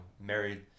married